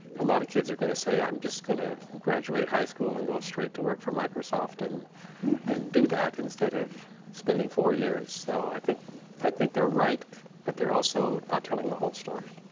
a lot of kids are going to say, i'm just going to graduate high school and go straight to work for microsoft and and do that instead of spending four years. so i think i think they're right but they're also not telling the whole story.